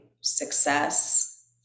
success